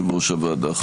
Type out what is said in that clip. למה ראש הממשלה לא